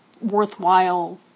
worthwhile